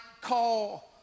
call